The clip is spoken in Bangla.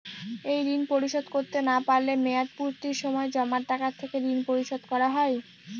এই ঋণ পরিশোধ করতে না পারলে মেয়াদপূর্তির সময় জমা টাকা থেকে ঋণ পরিশোধ করা হয়?